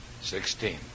Sixteen